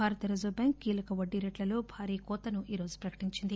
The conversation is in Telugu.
భారత రిజర్వు బ్యాంకు కీలక వడ్డీ రేట్లలో భారీ కోతను ఈ రోజు ప్రకటించింది